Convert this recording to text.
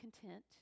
content